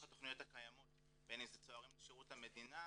התכניות הקיימות בין אם זה צוערים לשירות המדינה,